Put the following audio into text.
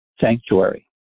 sanctuary